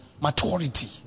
Maturity